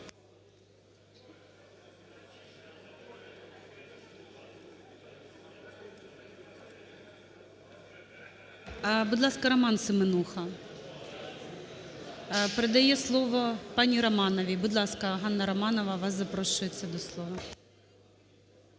Будь ласка, Роман Семенуха. Передає слово пані Романовій. Будь ласка, Ганна Романова, вас запрошується до слова.